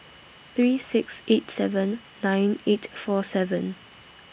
three six eight seven nine eight four seven